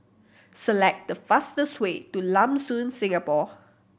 select the fastest way to Lam Soon Singapore